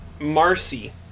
Marcy